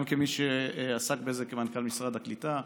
גם כמי שעסק בזה כמנכ"ל משרד הקליטה.